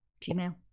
Gmail